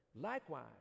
Likewise